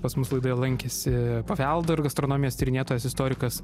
pas mus laidoje lankėsi paveldo ir gastronomijos tyrinėtojas istorikas